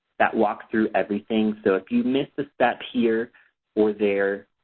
that walk through everything. so if you missed a step here or there,